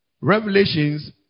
Revelations